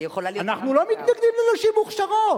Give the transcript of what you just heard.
היא יכולה להיות, אנחנו לא מתנגדים לנשים מוכשרות,